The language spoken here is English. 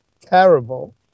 Terrible